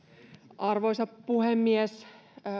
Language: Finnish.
arvoisa puhemies